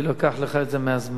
אני לא אקח לך את זה מהזמן.